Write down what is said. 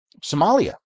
Somalia